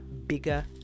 bigger